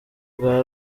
bwa